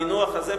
המינוח הזה,